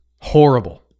Horrible